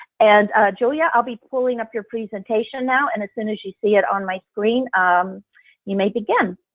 and juliette, i'll be pulling up your presentation now and as soon as you see it on my screen um you may begin.